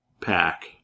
pack